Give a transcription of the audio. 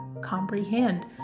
comprehend